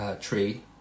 tree